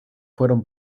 fueron